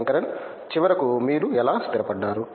శంకరన్ చివరకు మీరు ఎలా స్థిరపడ్డారు